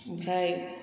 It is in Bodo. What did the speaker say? ओमफ्राय